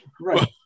Right